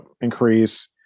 increase